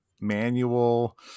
manual